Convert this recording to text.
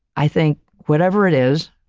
i think whatever it is,